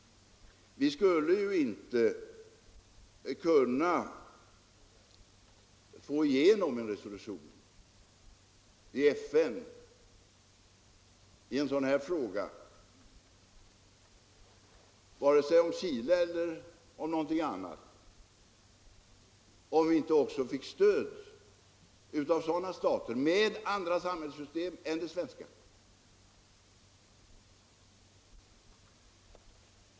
Vi skulle inte kunna få igenom en enda resolution i FN i en sådan här fråga, vare sig om Chile eller om någonting annat, ifall vi inte också fick stöd av stater som har andra samhällssystem än det svenska.